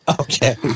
Okay